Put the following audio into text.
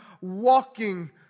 walking